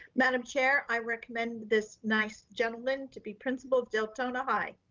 madam chair, i recommend this nice gentleman to be principal of deltona high.